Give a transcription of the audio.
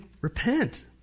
repent